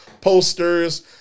posters